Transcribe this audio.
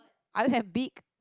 other than beak